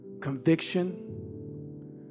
conviction